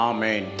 Amen